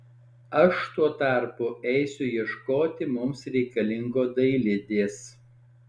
aš tuo tarpu eisiu ieškoti mums reikalingo dailidės